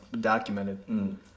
documented